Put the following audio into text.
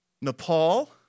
Nepal